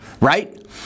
right